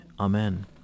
Amen